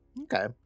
Okay